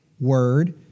word